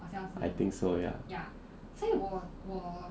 I think so ya